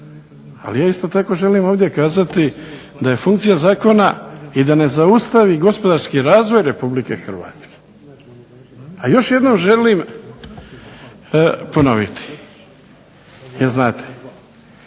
Ali ja isto tako ovdje želim kazati da je funkcija zakona i da ne zaustavi gospodarski razvoj RH. A još jednom želim ponoviti, jer znate